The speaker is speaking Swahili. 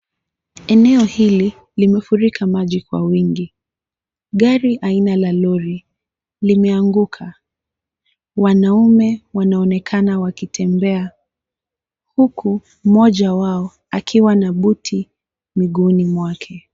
Eneo hili limefurika maji kwa wingi. Gari aina la lori limeanguka. Wanaume wanaonekana wakitembea huku mmoja wao akiwa na buti mguuni mwake.